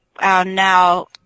now